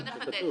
בוא נחדד.